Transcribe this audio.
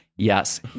Yes